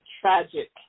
tragic